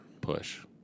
push